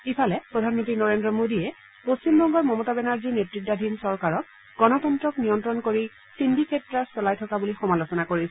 ইফালে প্ৰধানমন্ত্ৰী নৰেন্দ্ৰ মোডীয়ে পশ্চিমবংগৰ মমতা বেনাৰ্জী নেততাধীন চৰকাৰক গণতন্ত্ৰক নিয়ন্ত্ৰণ কৰি চিণ্ডিকেটৰাজ চলাই থকা বুলি সমালোচনা কৰিছে